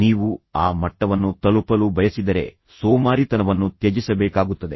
ನೀವು ಆ ಮಟ್ಟವನ್ನು ತಲುಪಲು ಬಯಸಿದರೆ ನೀವು ನಿಜವಾಗಿಯೂ ನಿಮ್ಮ ಸೋಮಾರಿತನವನ್ನು ಒಂದು ಹಂತದಲ್ಲಿ ತ್ಯಜಿಸಬೇಕಾಗುತ್ತದೆ